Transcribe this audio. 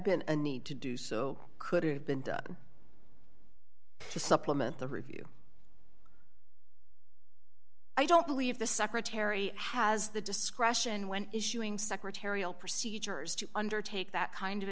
been a need to do so could have been done to supplement the review i don't believe the secretary has the discretion when issuing secretarial procedures to undertake that kind of